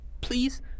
please